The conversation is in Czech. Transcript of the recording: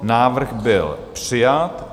Návrh byl přijat.